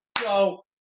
go